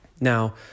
now